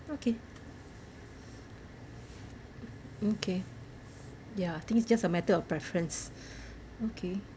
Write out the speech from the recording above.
okay okay ya I think it's just a matter of preference okay